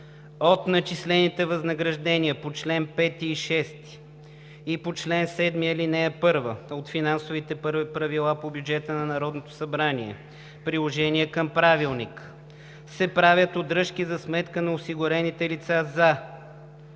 от начислените възнаграждения по чл. 5 и чл. 6 и по чл. 7, ал. 1 от финансовите правила по бюджета на Народното събрание, Приложение към Правилника, се правят удръжки за сметка на осигурените лица за